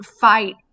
fight